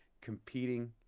competing